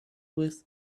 with